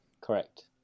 Correct